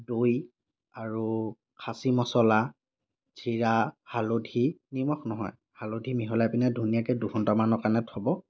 দৈ আৰু খাচী মছলা জিৰা হালধি নিমখ নহয় হালধি মিহলাই পিনে ধুনীয়াকৈ দুঘণ্টামানৰ কাৰণে থ'ব